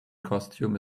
costume